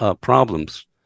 problems